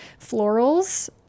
florals